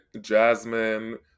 Jasmine